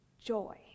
Joy